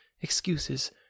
excuses